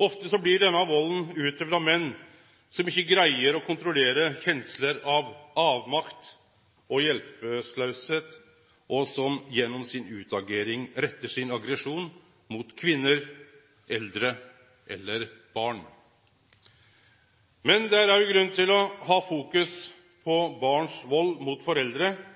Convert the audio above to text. Ofte blir denne valden utøvd av menn som ikkje greier å kontrollere kjensler av avmakt og hjelpeløyse, og som gjennom si utagering retter sin aggresjon mot kvinner, eldre eller barn. Men det er også grunn til å fokusere på barns vald mot foreldre